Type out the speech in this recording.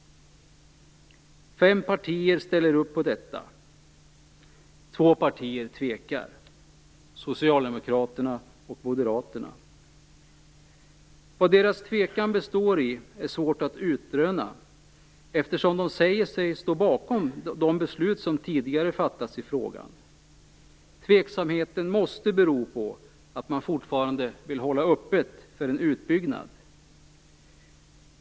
Fem partier ställer sig bakom detta, och två partier tvekar, nämligen Socialdemokraterna och Moderaterna. Vad deras tvekan består i är svårt att utröna, eftersom de säger sig stå bakom de beslut som tidigare fattats i frågan. Tveksamheten måste bero på att man fortfarande vill hålla öppet för en utbyggnad.